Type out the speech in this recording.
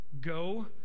Go